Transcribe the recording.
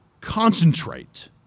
concentrate